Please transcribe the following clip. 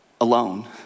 alone